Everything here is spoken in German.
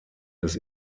des